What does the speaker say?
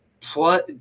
Plus